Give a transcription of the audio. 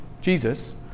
Jesus